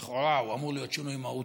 שלכאורה אמור להיות שינוי מהותי,